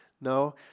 No